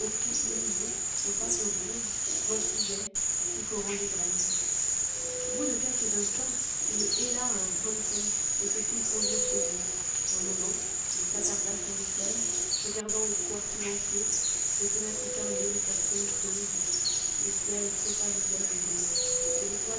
irisé aux pattes roses voltigeaient picorant des graines au bout de quelques instants il héla un hansom et se fit conduire chez lui un moment il s'attarda sur le seuil regardant le square silencieux les fenêtres fermées les persiennes closes le ciel s'opalisait maintenant et les